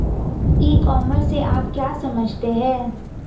ई commerce से आप क्या समझते हैं?